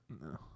No